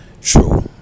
True